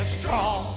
strong